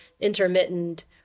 intermittent